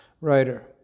writer